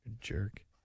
Jerk